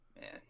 Man